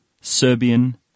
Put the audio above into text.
Serbian